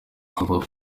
avuga